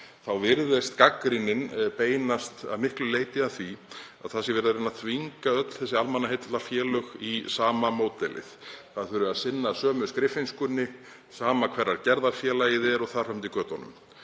virðist gagnrýnin beinast að miklu leyti að því að verið sé að reyna að þvinga öll þessi almannaheillafélög í sama módelið. Þau þurfi að sinna sömu skriffinnskunni sama hverrar gerðar félagið er og þar fram eftir götunum.